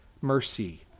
mercy